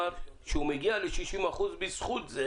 שהוא מגיע ל-60% בזכות זה